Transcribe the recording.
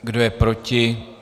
Kdo je proti?